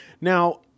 Now